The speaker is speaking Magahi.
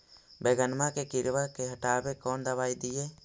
बैगनमा के किड़बा के हटाबे कौन दवाई दीए?